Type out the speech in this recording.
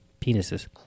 penises